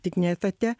tik ne etate